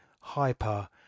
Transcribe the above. hyper